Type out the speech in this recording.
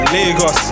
Lagos